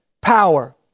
power